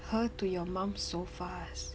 her to your mum so fast